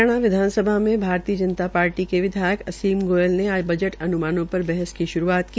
हरियाणा विधानसभा में भारतीय जनता पार्टी के विधायक असीम गोयल ने आज बजट अन्मानों पर बहस की श्रूआत की